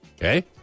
Okay